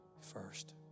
first